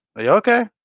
Okay